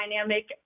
dynamic